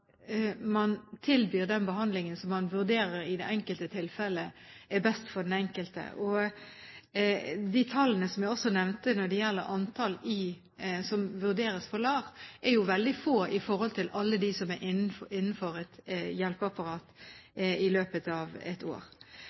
man tilbyr den behandlingen som man i det enkelte tilfellet vurderer er best for den enkelte. De tallene som jeg nevnte når det gjelder antall som vurderes for LAR, er jo veldig få i forhold til alle dem som er innenfor et hjelpeapparat i løpet av et år.